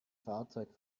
fahrzeug